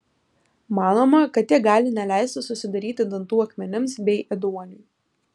manoma kad ji gali neleisti susidaryti dantų akmenims bei ėduoniui